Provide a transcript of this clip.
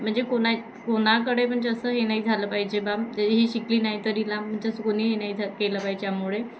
म्हणजे कोणा कोणाकडे म्हणजे असं हे नाही झालं पाहिजे बाम जरी ही शिकली नाही तर हिला म्हणजे असं कोणी हे नाही झा केलं पाहिजे यामुळे